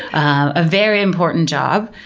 a very important job.